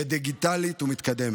דיגיטלית ומתקדמת.